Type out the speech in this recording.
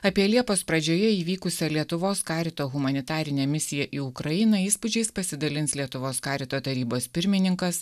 apie liepos pradžioje įvykusio lietuvos karito humanitarinę misiją į ukrainą įspūdžiais pasidalins lietuvos karito tarybos pirmininkas